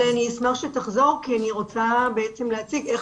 אני אשמח שתחזור אלי כי אני רוצה להציג איך